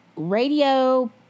Radio